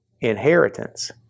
inheritance